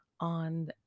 on